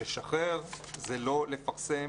לשחרר זה לא לפרסם